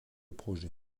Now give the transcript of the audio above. projet